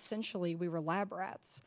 essentially we were lab rats